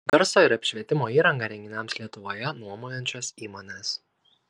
garso ir apšvietimo įrangą renginiams lietuvoje nuomojančios įmonės